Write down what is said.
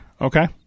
Okay